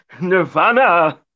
nirvana